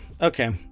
okay